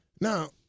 Now